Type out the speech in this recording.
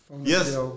Yes